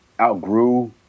outgrew